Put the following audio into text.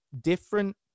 different